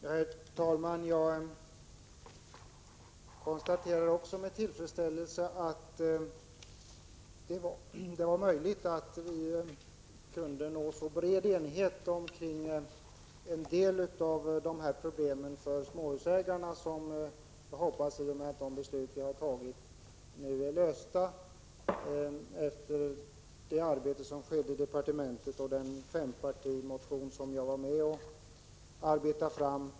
Herr talman! Jag konstaterar också med tillfredsställelse att det var möjligt att nå så bred enighet kring en del av dessa problem för småhusägarna, efter det arbete som skedde i departementet och efter den fempartimotion här i riksdagen som jag var med om att arbeta fram.